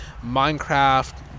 Minecraft